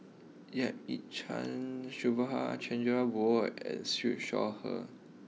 Yap Ee Chian Subhas Chandra Bose and Siew Shaw Her